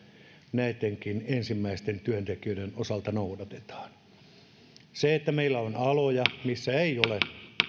näittenkin ensimmäisten työntekijöiden osalta noudatetaan meillä on aloja missä ei ole